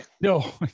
No